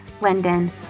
Linden